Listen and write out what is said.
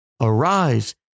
arise